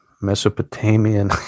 Mesopotamian